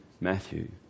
Matthew